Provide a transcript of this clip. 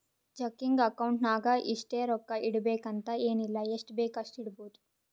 checking account ನಾಗ್ ಇಷ್ಟೇ ರೊಕ್ಕಾ ಇಡಬೇಕು ಅಂತ ಎನ್ ಇಲ್ಲ ಎಷ್ಟಬೇಕ್ ಅಷ್ಟು ಇಡ್ಬೋದ್